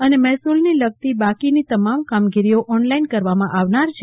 અને મહેસુલને લગતી બાકીની તમામ કામગીરીઓ ઓનલાઈન કરવામાં આવનાર છે